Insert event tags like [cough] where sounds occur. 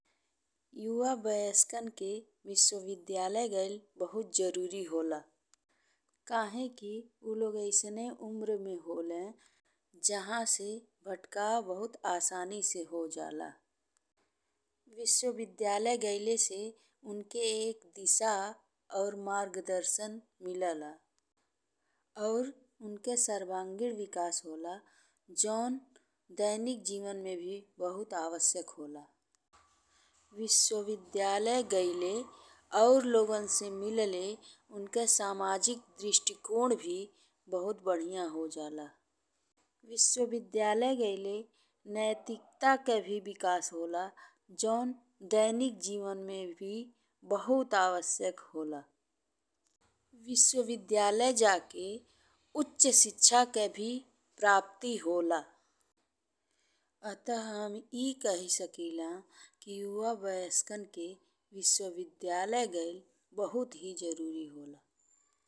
युवा वयस्कन के विश्वविद्यालय गइल बहुत जरूरी होला। काहे कि ऊ लोग अइसने उमर में होले जहाँ से भटकाव बहुत आसानी से हो जाला। [hesitation] विश्वविद्यालय गइल से उनके एक दिशा और मार्गदर्शन मिले ला और उनके सर्वांगीण विकास होला जौन दैनिक जीवन में भी बहुत आवश्यक होला। [noise] विश्वविद्यालय गइल और लोगन से मिलले उनके सामाजिक दृष्टिकोण भी बहुत बढ़िया हो जाला। विश्वविद्यालय गइल नैतिकता के भी विकास होला जौन दैनिक जीवन में भी [hesitation] बहुत आवश्यक होला। विश्वविद्यालय जाकर उच्च शिक्षा के भी प्राप्ति होला अतः हम ई कहि सकिला कि युवा वयस्कन के विश्वविद्यालय गइल बहुत ही जरूरी होला।